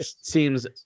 seems